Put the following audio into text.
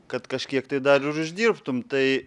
kad kažkiek tai dar ir uždirbtum tai